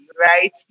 right